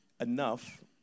enough